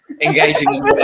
engaging